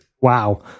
Wow